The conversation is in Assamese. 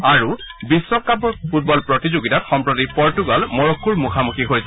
আৰু বিশ্বকাপ ফুটবল প্ৰতিযোগিতাত সম্প্ৰতি পৰ্টুগাল মৰক্কোৰ মুখামুখি হৈছে